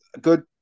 good